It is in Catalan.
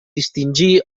distingir